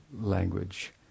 language